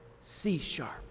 C-sharp